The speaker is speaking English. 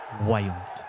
wild